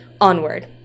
onward